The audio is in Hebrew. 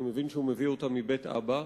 אני מבין שהוא מביא אותה מבית אבא.